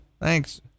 Thanks